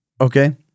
Okay